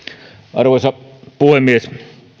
arvoisa puhemies